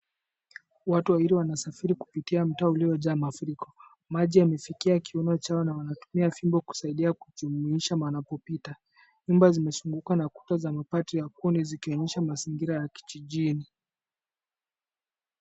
Watu wawili wanasafiri kupitia mtaa uliojaa mafuriko. Maji yamefikia kiuno chao na wanatumia fimbo kusaidia kujumuisha wanapopita. Nyumba zimezungukwa na kuta za mabati ya kuni zikionyesha mazingira ya kijijini.